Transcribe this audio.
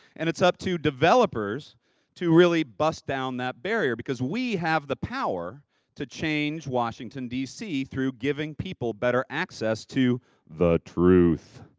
and, it's up to developers to really bust down that barrier, because we have the power to change washington, dc through giving people better access to the truth.